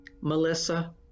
Melissa